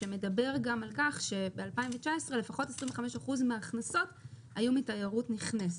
שמדבר על כך שב-2019 לפחות 25% מן ההכנסות היו מתיירות נכנסת.